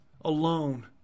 alone